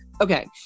Okay